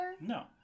No